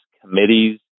committees